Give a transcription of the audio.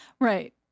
right